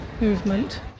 Movement